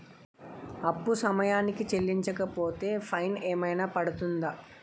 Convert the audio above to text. అప్పు సమయానికి చెల్లించకపోతే ఫైన్ ఏమైనా పడ్తుంద?